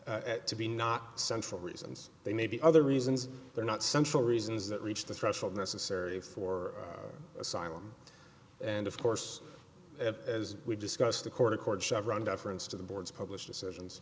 reasons to be not central reasons they may be other reasons they're not central reasons that reached the threshold necessary for asylum and of course as we discussed the court accord chevron deference to the boards published decisions